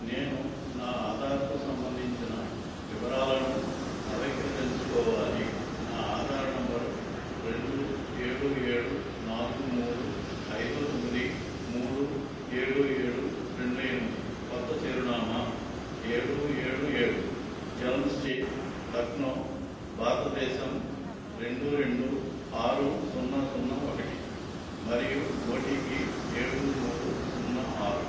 నేను నా ఆధార్కు సంబంధించిన వివరాలను నవీకరించుకోవాలి నా ఆధార్ నెంబరు రెండు ఏడు ఏడు నాలుగు మూడు ఐదు తొమ్మిది మూడు ఏడు ఏడు రెండు ఎనిమిది కొత్త చిరునామా ఏడు ఏడు ఏడు ఎల్మ్ స్ట్రీట్ లక్నో భారతదేశం రెండు రెండు ఆరు సున్నా సున్నా ఒకటి మరియు ఓ టీ పీ ఏడు మూడు సున్నా ఆరు